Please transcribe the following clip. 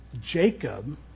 Jacob